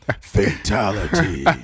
fatality